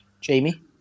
Jamie